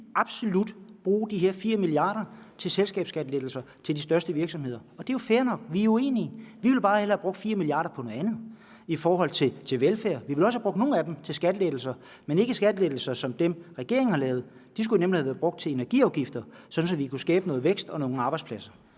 ville bruge de her 4 mia. kr. på selskabsskattelettelser til de største virksomheder. Det er jo fair nok, men vi er uenige. Vi ville bare hellere have brugt 4 mia. kr. på noget andet, f.eks. på velfærd. Vi ville også have brugt nogle af pengene på skattelettelser, men ikke skattelettelser som dem, regeringen har lavet. De skulle nemlig have været brugt til nedsættelse af energiafgifter, sådan at vi kunne skabe noget vækst og nogle arbejdspladser.